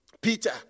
Peter